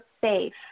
safe